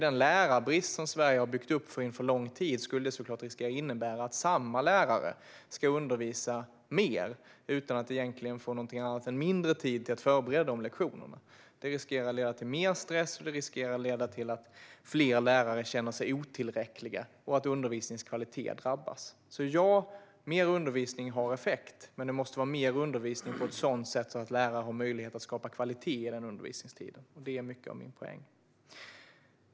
Den lärarbrist som man har byggt upp i Sverige under lång tid innebär att samma lärare ska undervisa mer utan att egentligen få något annat än mindre tid till att förbereda de lektionerna. Det riskerar att leda till mer stress, att fler lärare känner sig otillräckliga och att undervisningens kvalitet drabbas. Mer undervisning har effekt, men det måste vara mer undervisning på ett sådant sätt att lärare har möjlighet att skapa kvalitet i undervisningen. Det är mycket av min poäng.